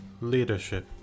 leadership